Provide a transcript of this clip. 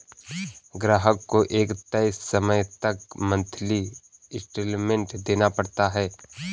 ग्राहक को एक तय समय तक मंथली इंस्टॉल्मेंट देना पड़ता है